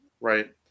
right